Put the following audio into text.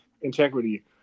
Integrity